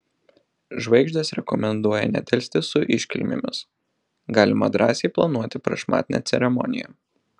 žvaigždės rekomenduoja nedelsti su iškilmėmis galima drąsiai planuoti prašmatnią ceremoniją